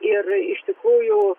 ir iš tikrųjų